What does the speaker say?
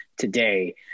today